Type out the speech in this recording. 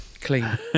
Clean